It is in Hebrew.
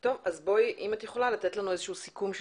אז אם את יכולה לתת לנו איזשהו סיכום של